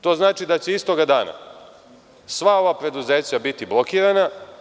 To znači da će istog dana sva ova preduzeća biti blokirana.